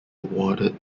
awarded